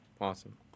Awesome